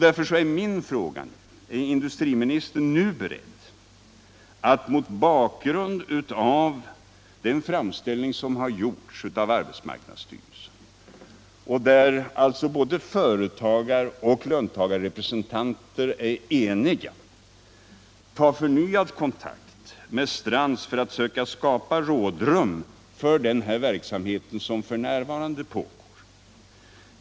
Därför lyder min fråga: Är industriministern nu beredd att mot bakgrund av den framställning som har gjorts av arbetsmarknadsstyrelsen — och där både företagar och löntagarrepresentanter är eniga — ta förnyad kontakt med Strands för att söka skapa rådrum för den verksamhet som f. n. pågår?